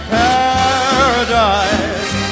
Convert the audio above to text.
paradise